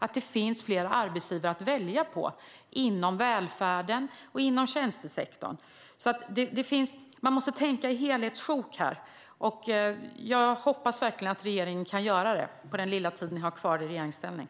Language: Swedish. Det måste finnas fler arbetsgivare att välja på inom välfärden och inom tjänstesektorn. Man måste tänka i helhetssjok, och jag hoppas verkligen att regeringen kan göra det på den lilla tid ni har kvar i regeringsställning.